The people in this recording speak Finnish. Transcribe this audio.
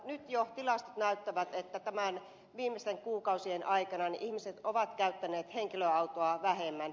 nyt jo tilastot näyttävät että näiden viimeisten kuukausien aikana ihmiset ovat käyttäneet henkilöautoa vähemmän